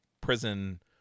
prison